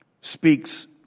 speaks